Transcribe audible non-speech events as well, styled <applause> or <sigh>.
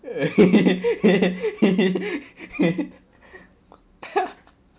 <laughs>